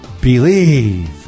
believe